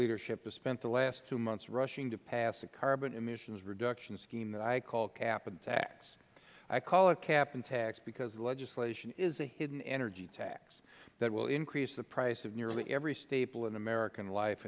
leadership has spent the last two months rushing to pass a carbon emissions reduction scheme that i call cap and tax i call it cap and tax because the legislation is a hidden energy tax that will increase the price of nearly every staple in american life